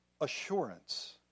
assurance